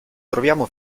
troviamo